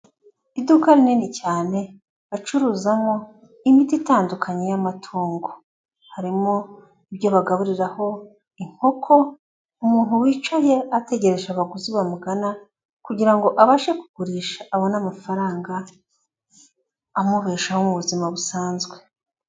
Iduka rinini cyane bacuruzamo imiti itandukanye y'amatungo, harimo ibyo bagaburiraho inkoko, umuntu wicaye ategereje abaguzi bamugana kugira ngo abashe kugurisha abone amafaranga amubeshaho mu buzima busanzwe.